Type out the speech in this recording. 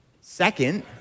Second